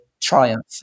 triumph